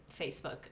Facebook